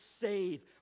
save